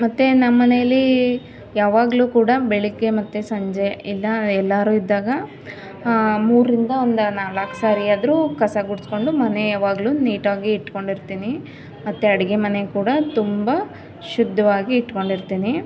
ಮತ್ತೆ ನಮ್ಮ ಮನೆಯಲ್ಲಿ ಯಾವಾಗಲೂ ಕೂಡ ಬೆಳಗ್ಗೆ ಮತ್ತು ಸಂಜೆ ಇಲ್ಲ ಎಲ್ಲರೂ ಇದ್ದಾಗ ಮೂರರಿಂದ ಒಂದು ನಾಲ್ಕು ಸಾರಿಯಾದರೂ ಕಸ ಗುಡಿಸ್ಕೊಂಡು ಮನೆ ಯಾವಾಗ್ಲೂ ನೀಟಾಗಿ ಇಟ್ಕೊಂಡಿರ್ತೀನಿ ಮತ್ತು ಅಡುಗೆ ಮನೆ ಕೂಡ ತುಂಬ ಶುದ್ಧವಾಗಿ ಇಟ್ಕೊಂಡಿರ್ತೀನಿ